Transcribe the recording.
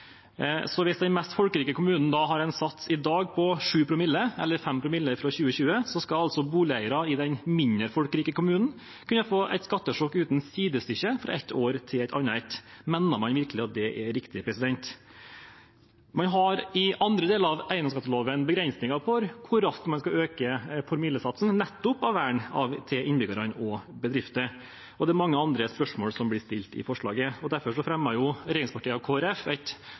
Så hvis den mest folkerike kommunen i dag har en sats på 7 promille, eller 5 promille fra 2020, skal altså boligeiere i den mindre folkerike kommunen kunne få et skattesjokk uten sidestykke fra et år til et annet. Mener man virkelig at det er riktig? I andre deler av eiendomsskatteloven har man begrensninger på hvor raskt man skal øke promillesatsen, nettopp for å verne innbyggere og bedrifter. Og det er mange andre spørsmål som blir stilt i forslaget. Derfor fremmer regjeringspartiene og Kristelig Folkeparti et forslag som gir skattytere en bedre forutsigbarhet og